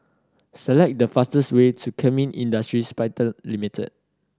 select the fastest way to Kemin Industries Pte Limited